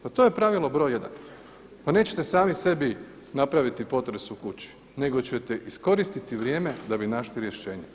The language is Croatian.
Pa to je pravilo broj jedan, pa nećete sami sebi napraviti potres u kući, nego ćete iskoristiti vrijeme da bi našli rješenje.